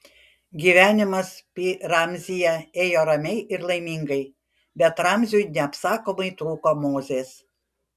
gyvenimas pi ramzyje ėjo ramiai ir laimingai bet ramziui neapsakomai trūko mozės